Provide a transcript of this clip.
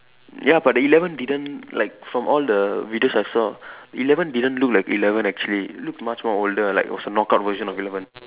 ya but the eleven didn't like from all the videos I saw eleven didn't look like eleven actually looked much more older like was some knockout version of eleven